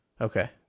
Okay